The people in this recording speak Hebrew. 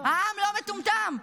העם לא מטומטם.